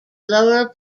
lower